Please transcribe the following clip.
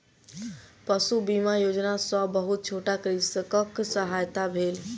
पशु बीमा योजना सॅ बहुत छोट कृषकक सहायता भेल